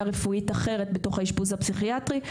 רפואית אחרת בתוך האשפוז הפסיכיאטרי,